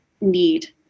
need